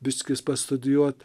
biškis pastudijuot